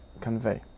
convey